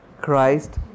Christ